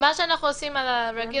שאנחנו עושים על הרגיל,